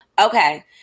Okay